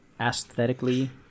Aesthetically